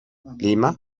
lima